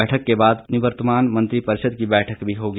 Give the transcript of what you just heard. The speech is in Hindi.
बैठक के बाद निवर्तमान मंत्रिपरिषद की बैठक भी होगी